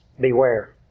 beware